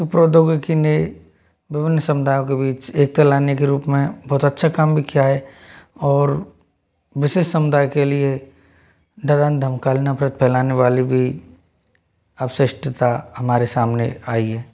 तो प्रौद्योगिकी ने विभिन्न समुदायों के बीच एकता लाने के रूप में बहुत अच्छा काम भी किया है और विशेष समुदाय के लिए डराने धमकाने नफरत फैलाने वाले भी अवशिष्टता हमारे सामने आई है